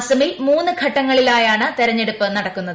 അസമിൽ മൂന്ന് ഘട്ടങ്ങളിലായാണ് തെരഞ്ഞെടുപ്പ് നടക്കുന്നത്